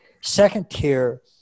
second-tier